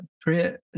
prayer